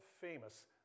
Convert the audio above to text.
famous